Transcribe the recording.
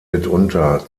mitunter